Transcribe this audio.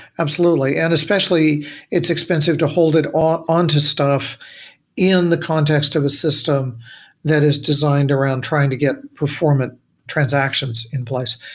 absolutely. and especially it's expensive to hold ah onto stuff in the context of a system that is designed around trying to get performant transactions in place.